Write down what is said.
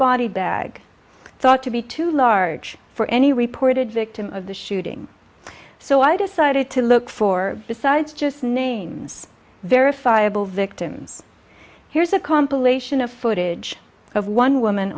body bag thought to be too large for any reported victim of the shooting so i decided to look for besides just names verifiable victims here's a compilation of footage of one woman